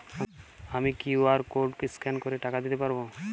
আমি QR code scan করে টাকা দিতে পারবো?